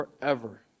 forever